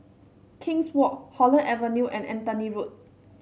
King's Walk Holland Avenue and Anthony Road